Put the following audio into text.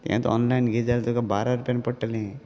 तें ऑनलान घे जाल्या तुका बारा रुपयान पडटलें